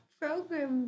program